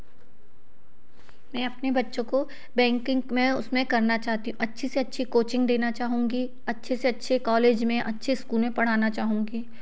मैं अपने बच्चों को बैंकिंग में उसमें करना चाहती हूँ अच्छी से अच्छी कोचिंग देना चाहूँगी अच्छे से अच्छे कॉलेज में अच्छे स्कूल में पढ़ना चाहूँगी